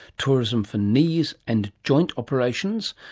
tourism for knees and joint operations,